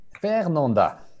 Fernanda